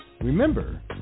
Remember